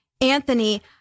Anthony